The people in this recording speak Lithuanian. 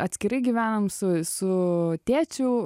atskirai gyvenam su su tėčiu